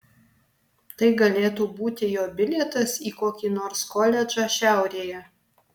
tai galėtų būti jo bilietas į kokį nors koledžą šiaurėje